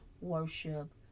worship